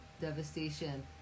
devastation